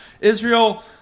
Israel